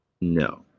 No